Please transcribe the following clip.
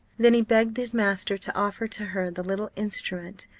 than he begged his master to offer to her the little instrument,